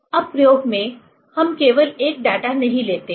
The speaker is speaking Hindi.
अब प्रयोग में हम केवल एक डेटा नहीं लेते हैं